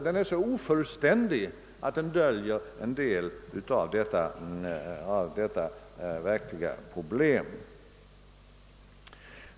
Den är så ofullständig att den döljer en del av problemets allvar och omfattning.